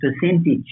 percentage